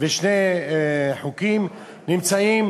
ושני חוקים נמצאים